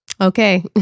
Okay